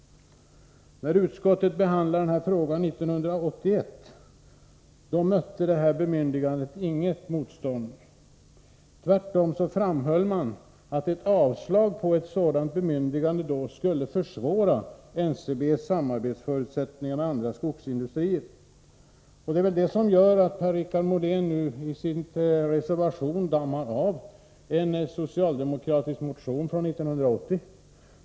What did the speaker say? När utskottet 1981 behandlade motsvarande fråga mötte bemyndigandet inget motstånd. Tvärtom framhöll man att ett avslag på ett sådant bemyndigande skulle försvåra NCB:s förutsättningar för samarbete med andra skogsindustrier. Det är väl det som gör att Per-Richard Molén nu i sin reservation dammar av en socialdemokratisk motion från 1980.